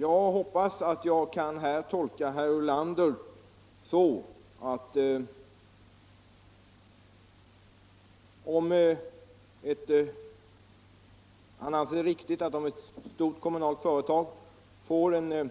Jag hoppas att jag får tolka herr Ulanders ord så, att om ett stort kommunalt företag får en